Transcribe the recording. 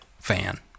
fan